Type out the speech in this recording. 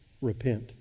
Repent